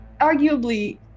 arguably